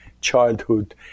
childhood